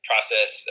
process